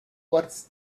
was